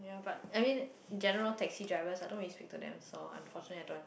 but I mean in general taxi drivers I don't really speak to them so unfortunately I don't